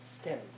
stem